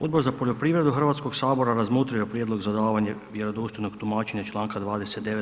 Odbor za poljoprivredu Hrvatskog sabora razmotrio je prijedlog za davanje vjerodostojnog tumačenja iz čl. 29.